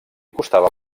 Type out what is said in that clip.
costava